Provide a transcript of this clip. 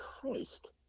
Christ